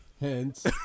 Hence